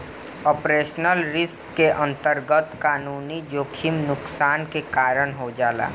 operational risk के अंतरगत कानूनी जोखिम नुकसान के कारन हो जाला